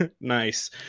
Nice